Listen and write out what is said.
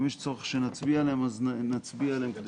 אם יש צורך שנצביע עליהם, נצביע עליהם.